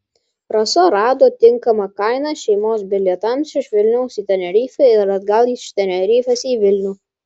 rasa rado tinkamą kainą šeimos bilietams iš vilniaus į tenerifę ir atgal iš tenerifės į vilnių